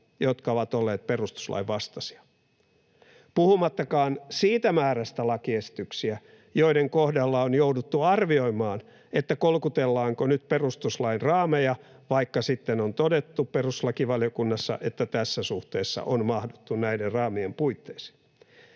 jotka ovat olleet perustuslain vastaisia, puhumattakaan siitä määrästä lakiesityksiä, joiden kohdalla on jouduttu arvioimaan, kolkutellaanko nyt perustuslain raameja, vaikka sitten on todettu perustuslakivaliokunnassa, että tässä suhteessa on mahduttu näiden raamien puitteisiin.